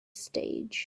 stage